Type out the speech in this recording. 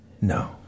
No